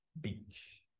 Beach